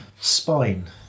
Spine